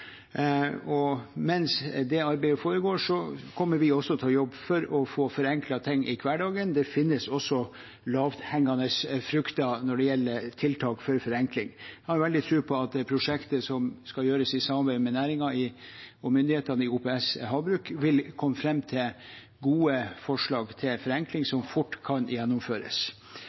Mens det arbeidet foregår, kommer vi også til å jobbe for å få forenklet ting i hverdagen. Det finnes også lavthengende frukter når det gjelder tiltak for forenkling. Jeg har veldig tro på at det prosjektet som skal gjøres i samarbeid med næringen og myndighetene i OPS havbruk, vil komme fram til gode forslag til forenkling som fort kan gjennomføres.